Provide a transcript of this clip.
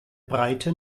breite